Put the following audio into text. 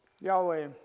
Yahweh